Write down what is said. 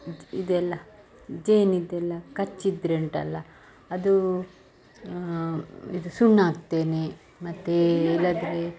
ಇದು ಇದೆಲ್ಲ ಜೇನಿಂದೆಲ್ಲ ಕಚ್ಚಿದರೆ ಉಂಟಲ್ಲ ಅದು ಇದು ಸುಣ್ಣ ಹಾಕ್ತೇನೆ ಮತ್ತು ಇಲ್ಲಾಂದ್ರೆ